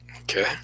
Okay